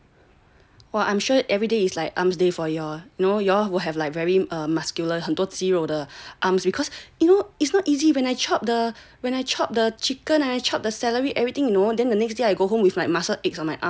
well I'm sure everyday is like arms day for you all you know you all will have a muscular 很多肌肉的 arms because you know it's not easy when I chop the when I chop the chicken and I chop the celery everything you know and then the next day I go home with like muscle aches on my arms yeah